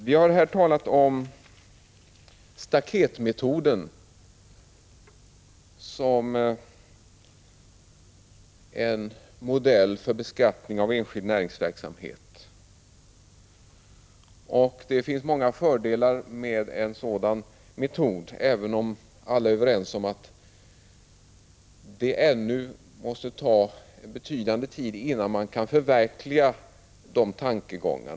Vi har här talat om staketmetoden som en modell för beskattning av enskild näringsverksamhet, och det finns många fördelar med en sådan metod, även om alla är överens om att det ännu kommer att ta lång tid innan man kan förverkliga dessa tankegångar.